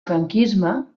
franquisme